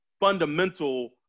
fundamental